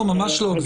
לא,